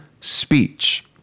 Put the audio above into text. speech